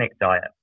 diet